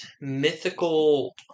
mythical